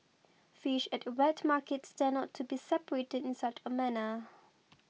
fish at wet markets tend not to be separated in such a manner